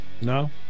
No